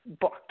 book